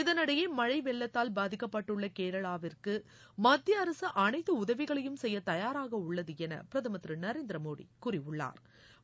இதனிடையே மழை வெள்ளத்தால் பாதிக்கப்பட்டுள் கேரளாவிற்கு மத்திய அரசு அனைத்து உதவிகளையும் செய்ய தயாராக உள்ளது என பிரதமா் திரு நரேந்திர மோடி கூறியுள்ளாா்